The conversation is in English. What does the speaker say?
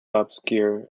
obscure